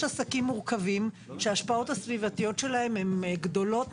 יש עסקים מורכבים שההשפעות הסביבתיות שלהם הן גדולות,